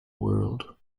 world